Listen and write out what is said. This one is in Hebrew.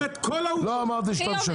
לא אמרתי שאתה משקר.